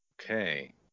Okay